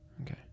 Okay